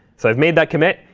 so i've made that commit.